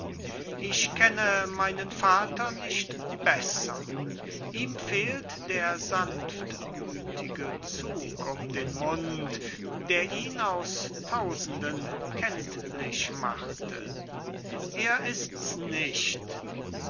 ich kenne meinen vater nicht besser ihm fehlt der sanftmüthige zug um den mund der ihn aus tausenden kenntlich machte er ist's nicht